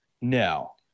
No